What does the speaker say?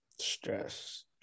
Stress